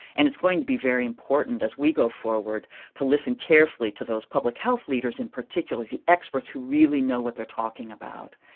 and it's going to be very important as we go forward to listen carefully to those public health leaders and particularly the experts who really know what they're talking about.